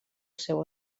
seu